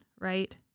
right